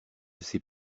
ces